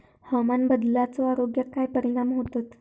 हवामान बदलाचो आरोग्याक काय परिणाम होतत?